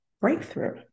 breakthrough